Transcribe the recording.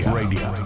radio